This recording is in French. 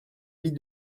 vis